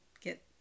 get